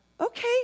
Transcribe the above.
okay